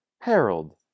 Harold